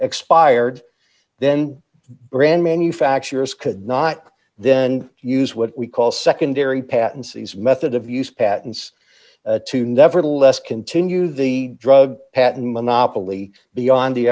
expired then brand manufacturers could not then use what we call secondary patency as method of use patents to nevertheless continue the drug patent monopoly beyond the